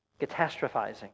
catastrophizing